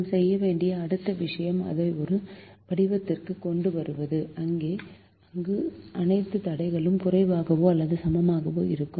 நாம் செய்ய வேண்டிய அடுத்த விஷயம் அதை ஒரு வடிவத்திற்கு கொண்டு வருவது அங்கு அனைத்து தடைகளும் குறைவாகவோ அல்லது சமமாகவோ இருக்கும்